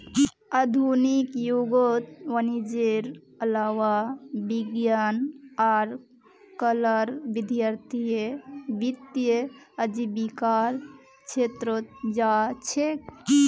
आधुनिक युगत वाणिजयेर अलावा विज्ञान आर कलार विद्यार्थीय वित्तीय आजीविकार छेत्रत जा छेक